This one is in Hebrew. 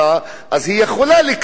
היא יכולה לקיים אותו,